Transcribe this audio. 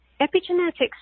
Epigenetics